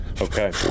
Okay